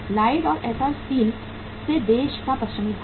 Lloyd और Essar steel से देश का पश्चिमी भाग